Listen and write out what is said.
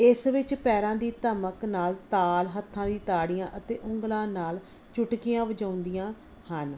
ਇਸ ਵਿੱਚ ਪੈਰਾਂ ਦੀ ਧਮਕ ਨਾਲ ਤਾਲ ਹੱਥਾਂ ਦੀ ਤਾੜੀਆਂ ਅਤੇ ਉਂਗਲਾਂ ਨਾਲ ਚੁਟਕੀਆਂ ਵਜਾਉਂਦੀਆਂ ਹਨ